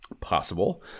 possible